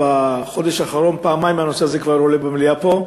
בחודש האחרון כבר פעמיים הנושא הזה עולה פה במליאה,